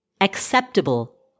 acceptable